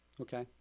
Okay